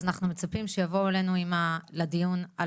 אז אנחנו מצפים שיבואו אלינו לדיון על